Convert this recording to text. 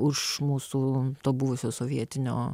už mūsų to buvusio sovietinio